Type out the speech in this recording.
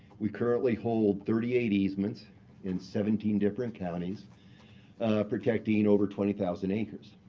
we currently hold thirty eight easements in seventeen different counties protecting over twenty thousand acres.